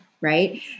right